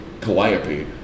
Calliope